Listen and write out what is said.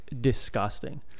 disgusting